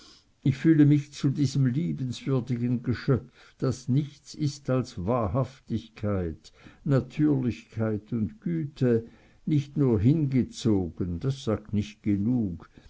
ich fühle mich zu diesem liebenswürdigen geschöpf das nichts ist als wahrhaftigkeit natürlichkeit und güte nicht nur hingezogen das sagt nicht genug